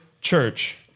church